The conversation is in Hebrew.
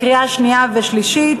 קריאה שנייה ושלישית.